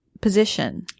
position